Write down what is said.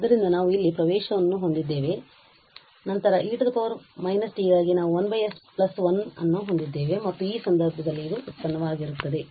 ಆದ್ದರಿಂದ ನಾವು ಇಲ್ಲಿ ಪ್ರವೇಶವನ್ನು ಹೊಂದಿದ್ದೇವೆ ಮತ್ತು ನಂತರ e −t ಗಾಗಿ ನಾವು 1 s 1 ಅನ್ನು ಹೊಂದಿದ್ದೇವೆ ಮತ್ತು ಈ ಸಂದರ್ಭದಲ್ಲಿ ಇದು ಉತ್ಪನ್ನವಾಗಿರುತ್ತದೆ